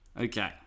Okay